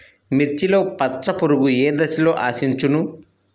మిర్చిలో పచ్చ పురుగు ఏ దశలో ఆశించును?